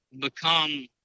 become